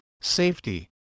safety